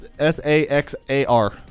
S-A-X-A-R